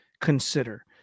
consider